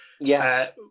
Yes